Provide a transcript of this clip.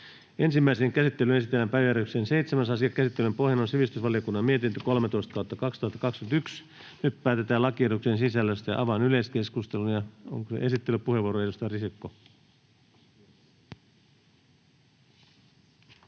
Ensimmäiseen käsittelyyn esitellään päiväjärjestyksen 7. asia. Käsittelyn pohjana on sivistysvaliokunnan mietintö SiVM 13/2021 vp. Nyt päätetään lakiehdotuksen sisällöstä. — Avaan yleiskeskustelun, esittelypuheenvuoro, edustaja Risikko.